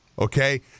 Okay